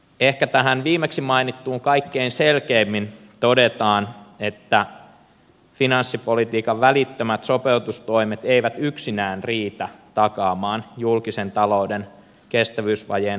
ehkä tähän viimeksi mainittuun kaikkein selkeimmin todetaan että finanssipolitiikan välittömät sopeutustoimet eivät yksinään riitä takaamaan julkisen talouden kestävyysvajeen taklaamista